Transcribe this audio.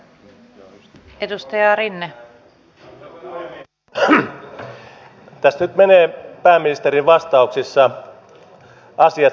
tässä nyt menee pääministerin vastauksissa asiat sekaisin